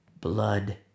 blood